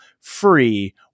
free